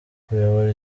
kuyobora